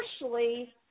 Partially